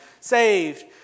saved